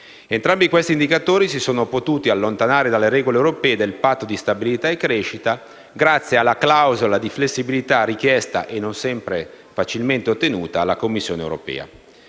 Entrambi questi indicatori si sono potuti allontanare dalle regole europee del Patto di stabilità e crescita grazie alle clausole di flessibilità richieste e, non sempre facilmente ottenute, alla Commissione europea.